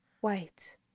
White